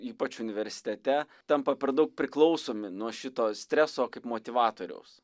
ypač universitete tampa per daug priklausomi nuo šito streso kaip motyvatoriaus